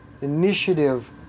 initiative